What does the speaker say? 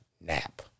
nap